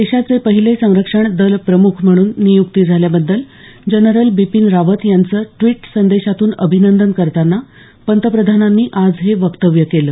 देशाचे पहिले संरक्षण दल प्रमुख म्हणून नियुक्ती झाल्याबद्दल जनरल बिपिन रावत यांचं ड्विट संदेशातून अभिनंदन करताना पंतप्रधानांनी आज हे वक्तव्य केलं